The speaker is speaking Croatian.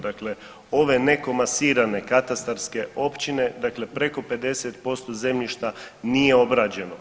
Dakle, ove nekomasirane katastarske općine, dakle preko 50% zemljišta nije obrađeno.